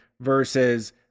versus